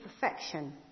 perfection